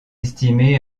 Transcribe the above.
estimé